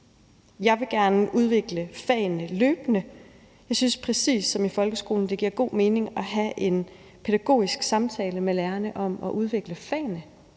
Jeg vil gerne udvikle fagene løbende. Jeg synes, at det præcis som i folkeskolen giver god mening at have en pædagogisk samtale med lærerne om at udvikle fagene,